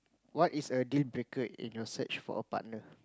what is a deal breaker in your search for a partner